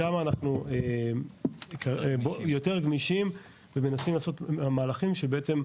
שמה אנחנו יותר גמישים ומנסים לעשות מהלכים שבעצם,